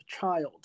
child